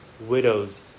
widows